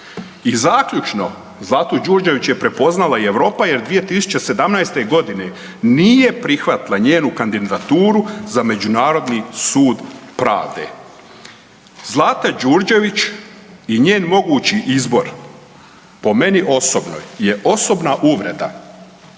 I zaključno, Zlatu Đurđević je prepoznala i Europa jer 2017.g. nije prihvatila njenu kandidaturu za međunarodni sud pravde. Zlata Đurđević i njen mogući izbor, po meni osobno, je osobna uvreda,